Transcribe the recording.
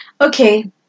Okay